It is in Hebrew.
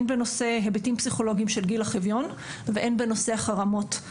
הן בנושא היבטים פסיכולוגיים של גיל החביון והן בנושא החרמות.